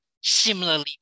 similarly